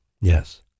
Yes